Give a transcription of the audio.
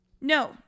No